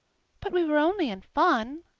but we were only in fun,